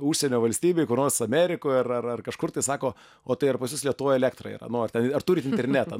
užsienio valstybėj kur nors amerikoj ar ar ar kažkur tai sako o tai ar pas jus lietuvoj elektrą yra ar nu ar turit internetą